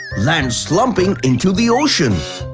land slumping into the ocean.